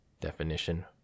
definition